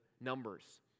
numbers